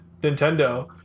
Nintendo